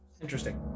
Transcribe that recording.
Interesting